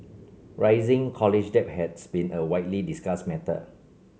rising college debt has been a widely discussed matter